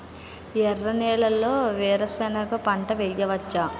ఎర్ర నేలలో వేరుసెనగ పంట వెయ్యవచ్చా?